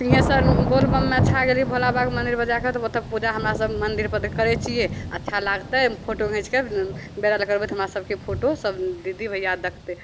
सिँहेश्वर बोलबममे अच्छा गेलिए भोला बाबाके मन्दिरपर जाके तऽ ओतहु पूजा हमरासभ मन्दिरपर दे करै छिए अच्छा लागतै फोटो घिचिके वाइरल करबै तऽ हमरा सभके फोटो सब दीदी भइआ देखतै